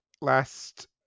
last